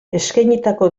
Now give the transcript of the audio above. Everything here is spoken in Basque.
eskainitako